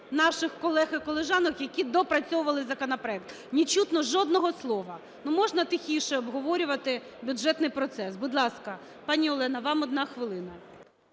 наших колег і колежанок, які доопрацьовували законопроект. Не чутно жодного слова. Можна тихіше обговорювати бюджетний процес? Будь ласка, пані Олена, вам 1 хвилина.